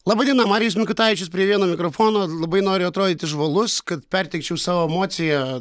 laba diena marijus mikutavičius prie vieno mikrofono labai noriu atrodyti žvalus kad perteikčiau savo emociją